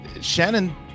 shannon